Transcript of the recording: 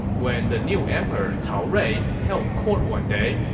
when the new emperor cao rui held court one day,